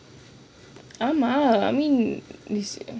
ஆமா:aamaa I mean this